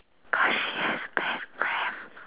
cause she has bad breath